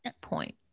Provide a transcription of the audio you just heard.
point